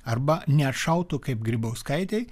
arba nešautų kaip grybauskaitei